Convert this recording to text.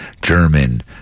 German